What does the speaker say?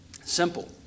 Simple